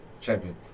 champion